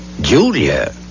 Julia